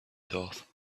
thought